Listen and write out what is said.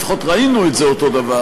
או לפחות ראינו את זה אותו דבר,